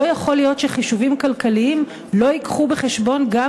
לא יכול להיות שחישובים כלכליים לא יביאו בחשבון גם